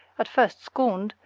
at first scorned,